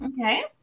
Okay